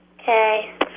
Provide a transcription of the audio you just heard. Okay